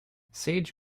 sage